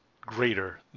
greater